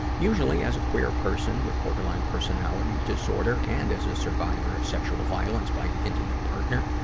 usually, as a queer person with borderline personality disorder and as a survivor of sexual violence by an intimate partner,